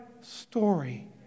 story